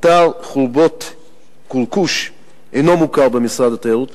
האתר חורבת-כורכוש אינו מוכר במשרד התיירות.